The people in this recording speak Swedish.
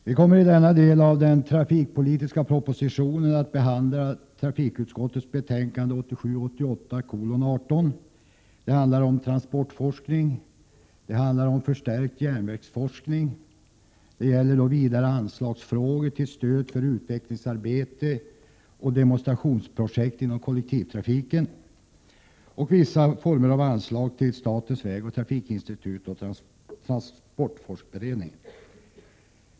Herr talman! En del av den trafikpolitiska propositionen behandlas i trafikutskottets betänkande 1987/88:18, och det handlar om transportforskning, förstärkt järnvägsforskning, anslag för stöd till utvecklingsarbete och demonstrationsprojekt inom kollektivtrafiken samt vissa former av anslag till statens vägoch trafikinstitut och till transportforskningsberedningen.